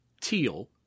teal